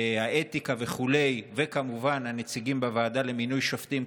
האתיקה וכו' וכמובן הנציגים בוועדה למינוי שופטים,